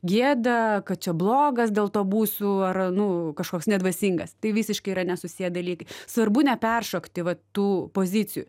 gėda kad čia blogas dėl to būsiu ar nu kažkoks nedvasingas tai visiškai yra nesusiję dalykai svarbu neperšokti va tų pozicijų